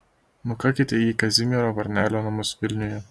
nukakite į kazimiero varnelio namus vilniuje